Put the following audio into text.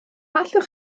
allwch